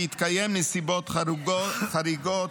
בהתקיים נסיבות חריגות,